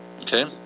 Okay